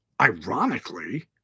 ironically